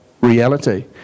reality